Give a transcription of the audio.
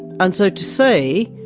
and so to say,